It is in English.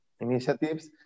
initiatives